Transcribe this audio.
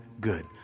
good